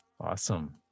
Awesome